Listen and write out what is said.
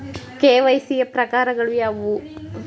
KYC ಯ ಪ್ರಕಾರಗಳು ಯಾವುವು?